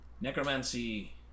Necromancy